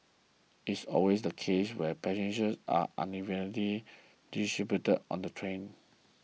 it is always the case where passengers are unevenly distributed on the train